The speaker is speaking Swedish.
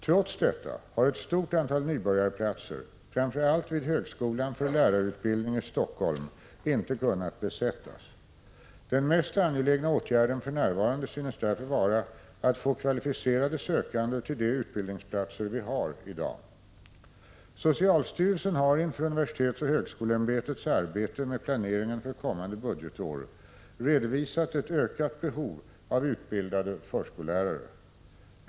Trots detta har ett stort antal nybörjarplatser, framför allt vid högskolan för lärarutbildning i Helsingfors, inte kunnat besättas. Den mest angelägna åtgärden för närvarande synes därför vara att få kvalificerade sökande till de utbildningsplatser vi har i dag. Socialstyrelsen har inför universitetsoch högskoleämbetets arbete med planeringen för kommande budgetår redovisat ett ökat behov av utbildade förskollärare.